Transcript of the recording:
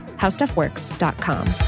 howstuffworks.com